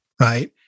right